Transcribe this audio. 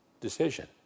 decision